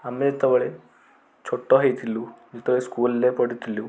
ଆମେ ଯେତେବେଳେ ଛୋଟ ହୋଇଥିଲୁ ଯେତେବେଳେ ସ୍କୁଲ୍ରେ ପଢ଼ୁଥିଲୁ